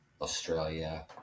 Australia